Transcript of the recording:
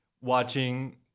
watching